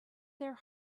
their